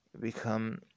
become